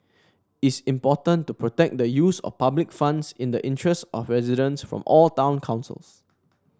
is important to protect the use of public funds in the interest of residents from all town councils